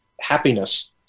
happiness